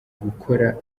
gukora